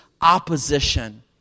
opposition